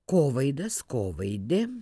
kovaidas kovaidė